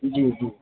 जी जी